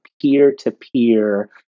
peer-to-peer